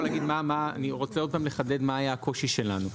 אני רוצה עוד פעם לחדד מה היה הקושי שלנו.